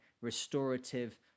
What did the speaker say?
restorative